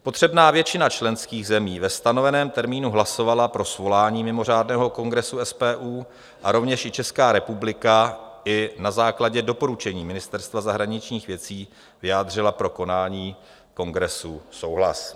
Potřebná většina členských zemí ve stanoveném termínu hlasovala pro svolání mimořádného kongresu SPU a rovněž i Česká republika i na základě doporučení Ministerstva zahraničních věcí vyjádřila pro konání kongresu souhlas.